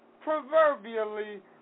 proverbially